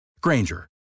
Granger